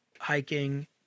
hiking